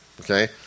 okay